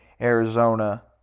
Arizona